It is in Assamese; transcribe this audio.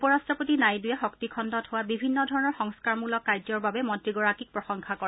উপ ৰাষ্ট্ৰপতি নাইডুৱে শক্তিখণ্ডত হোৱা বিভিন্ন ধৰণৰ সংস্কাৰমূলক কাৰ্য্যৰ বাবে মন্ত্ৰীগৰাকীক প্ৰশংসা কৰে